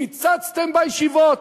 קיצצתם בישיבות,